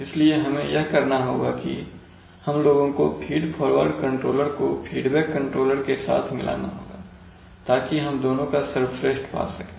इसलिए हमें यह करना होगा कि हम लोगों को फीड फॉरवर्ड कंट्रोलर को फीडबैक कंट्रोलर के साथ मिलाना होगा ताकि हम दोनों का सर्वश्रेष्ठ पा सकें